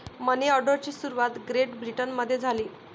मनी ऑर्डरची सुरुवात ग्रेट ब्रिटनमध्ये झाली